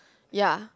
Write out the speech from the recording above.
ya